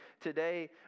today